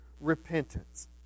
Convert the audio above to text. repentance